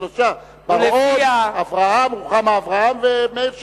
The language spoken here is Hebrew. שלושה: בר-און, רוחמה אברהם ומאיר שטרית.